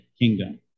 kingdom